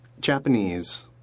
Japanese